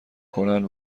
کنان